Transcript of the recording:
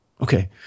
Okay